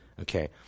okay